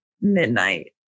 midnight